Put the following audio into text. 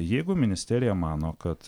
jeigu ministerija mano kad